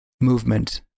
movement